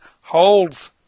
holds